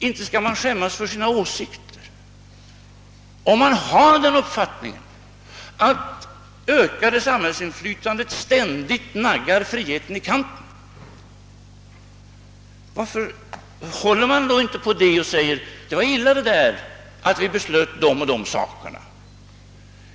Inte skall man skämmas för sina åsikter, och om man har den uppfattningen att det ökade samhällsinflytandet naggar friheten i kanten, varför håller man inte på den uppfattningen och säger att det var illa att vi beslöt de och de sakerna?